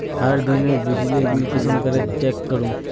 हर दिनेर बिजली बिल कुंसम करे चेक करूम?